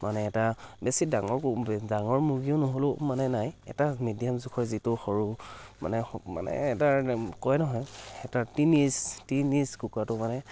মানে এটা বেছি ডাঙৰ ডাঙৰ মুৰ্গী নহ'লেও মানে নাই এটা মিডিয়াম জোখৰ যিটো সৰু মানে স মানে এটা কয় নহয় এটা টিন এজ টিন এজ কুকুৰাটো মানে